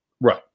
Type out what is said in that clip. Right